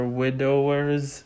widowers